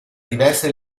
diverse